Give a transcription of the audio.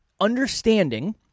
Understanding